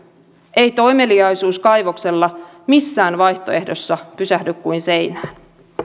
ei toimeliaisuus kaivoksella missään vaihtoehdossa pysähdy kuin seinään